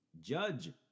Judge